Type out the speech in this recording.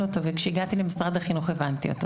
אותו וכשהגעתי למשרד החינוך הבנתי אותו,